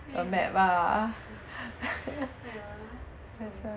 mm ya so